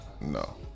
No